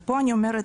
ופה אני אומרת,